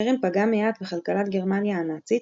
החרם פגע מעט בכלכלת גרמניה הנאצית,